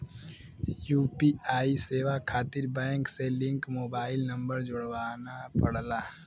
UPI सेवा खातिर bank से लिंक मोबाइल नंबर जोड़ना पड़ला